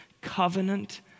Covenant